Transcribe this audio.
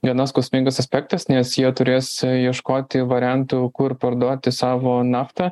gana skausmingas aspektas nes jie turės ieškoti variantų kur parduoti savo naftą